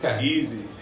Easy